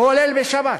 כולל בשבת,